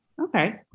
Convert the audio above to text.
Okay